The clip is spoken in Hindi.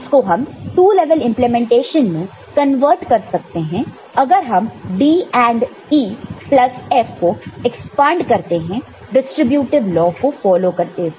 इसको हम 2 लेवल इंप्लीमेंटेशन में कन्वर्ट कर सकते हैं अगर हम D AND E plus F को एक्सपांड करते हैं डिस्ट्रीब्यूटीव लॉ को फॉलो करते हुए